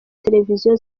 televiziyo